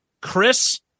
Chris